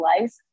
lives